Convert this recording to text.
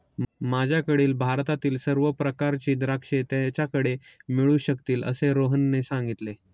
माझ्याकडील भारतातील सर्व प्रकारची द्राक्षे त्याच्याकडे मिळू शकतील असे रोहनने सांगितले